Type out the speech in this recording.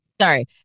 Sorry